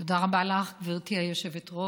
תודה רבה לך, גברתי היושבת-ראש.